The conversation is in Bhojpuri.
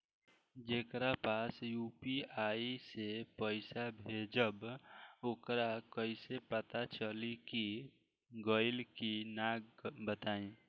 जेकरा पास यू.पी.आई से पईसा भेजब वोकरा कईसे पता चली कि गइल की ना बताई?